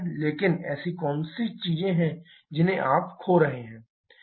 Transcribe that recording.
लेकिन ऐसी कौन सी चीजें हैं जिन्हें आप खो रहे हैं